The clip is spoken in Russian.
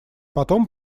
потом